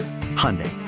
Hyundai